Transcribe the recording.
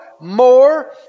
more